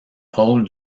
rôle